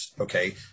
Okay